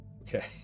okay